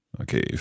Okay